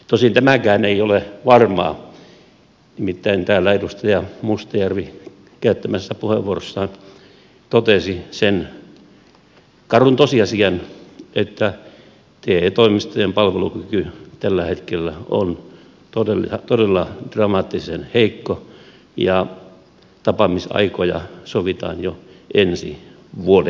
tosin tämäkään ei ole varmaa nimittäin täällä edustaja mustajärvi käyttämässään puheenvuorossa totesi sen karun tosiasian että te toimistojen palvelukyky tällä hetkellä on todella dramaattisen heikko ja tapaamisaikoja sovitaan jo ensi vuodeksi